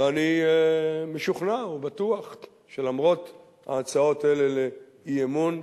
ואני משוכנע ובטוח שלמרות ההצעות האלה לאי-אמון,